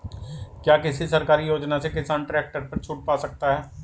क्या किसी सरकारी योजना से किसान ट्रैक्टर पर छूट पा सकता है?